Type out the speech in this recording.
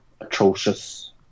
atrocious